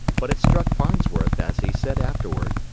but it struck farnsworth, as he said afterward,